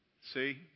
see